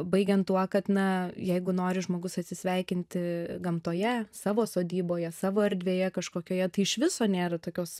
baigiant tuo kad na jeigu nori žmogus atsisveikinti gamtoje savo sodyboje savo erdvėje kažkokioje tai iš viso nėra tokios